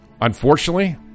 Unfortunately